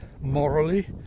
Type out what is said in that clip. morally